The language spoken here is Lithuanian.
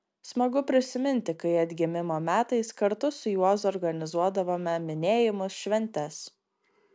smagu prisiminti kai atgimimo metais kartu su juozu organizuodavome minėjimus šventes